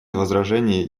возражений